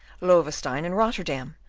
loewestein, and rotterdam,